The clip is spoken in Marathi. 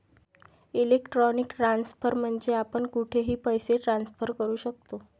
इलेक्ट्रॉनिक ट्रान्सफर म्हणजे आपण कुठेही पैसे ट्रान्सफर करू शकतो